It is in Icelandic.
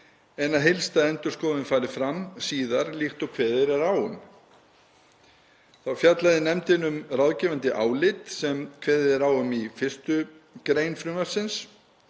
en að heildstæð endurskoðun fari fram síðar líkt og kveðið er á um. Þá fjallaði nefndin um ráðgefandi álit sem kveðið er á um í 1. gr. frumvarpsins.